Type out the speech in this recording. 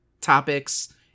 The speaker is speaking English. topics